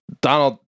Donald